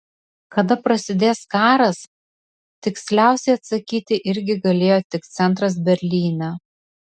kada prasidės karas tiksliausiai atsakyti irgi galėjo tik centras berlyne